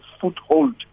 foothold